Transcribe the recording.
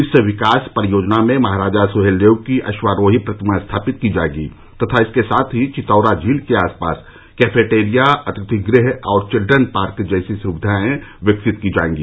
इस विकास परियोजना में महाराजा सुहेलदेव की अश्वारोही प्रतिमा स्थापित की जाएगी तथा इसके साथ ही चितौरा झील के आस पास कैफेटेरिया अतिथि गृह और चिल्ड्रन पार्क जैसी सुविधाए विकसित की जाएगी